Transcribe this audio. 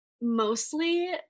Mostly